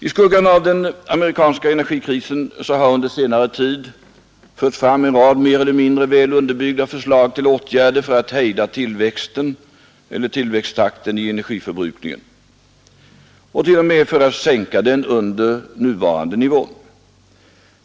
I skuggan av den amerikanska energikrisen har under senare tid torgförts en rad mer eller mindre väl underbyggda förslag till åtgärder för att hejda tillväxttakten i energiförbrukningen och t.o.m. för att sänka den under nuvarande nivå.